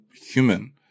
human